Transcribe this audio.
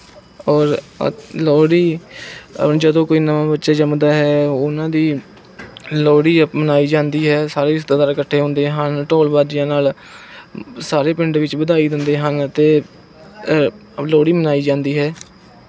ਔਰ ਲੋਹੜੀ ਜਦੋਂ ਕੋਈ ਨਵਾਂ ਬੱਚਾ ਜੰਮਦਾ ਹੈ ਉਹਨਾਂ ਦੀ ਲੋਹੜੀ ਮਨਾਈ ਜਾਂਦੀ ਹੈ ਸਾਰੇ ਰਿਸ਼ਤੇਦਾਰ ਇਕੱਠੇ ਹੁੰਦੇ ਹਨ ਢੋਲ ਵਾਜਿਆਂ ਨਾਲ ਸਾਰੇ ਪਿੰਡ ਵਿੱਚ ਵਧਾਈ ਦਿੰਦੇ ਹਨ ਅਤੇ ਲੋਹੜੀ ਮਨਾਈ ਜਾਂਦੀ ਹੈ